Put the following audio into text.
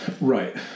Right